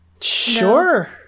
Sure